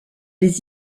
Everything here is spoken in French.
des